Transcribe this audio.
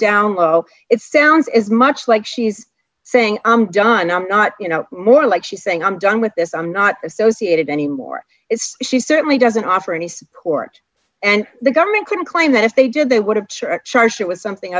down low it sounds as much like she's saying i'm john i'm not you know more like she's saying i'm done with this i'm not associated anymore she certainly doesn't offer any support and the government could claim that if they did they would have check charge her with something